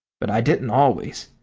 but i didn't always.